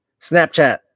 Snapchat